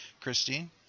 Christine